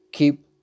Keep